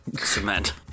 cement